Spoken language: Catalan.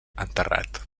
enterrat